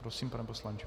Prosím, pane poslanče.